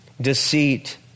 deceit